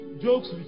jokes